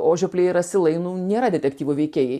o žiopliai ir asilai nu nėra detektyvo veikėjai